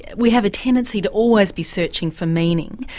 we have a tendency to always be searching for meaning,